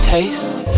Taste